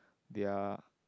ya